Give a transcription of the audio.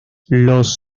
los